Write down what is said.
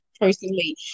personally